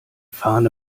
fahne